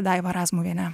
daiva razmuviene